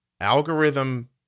algorithm